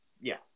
Yes